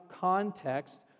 context